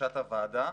בקשת הוועדה.